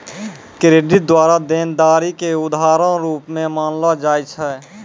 credit द्वारा देनदारी के उधारो रूप मे मानलो जाय छै